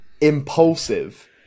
Impulsive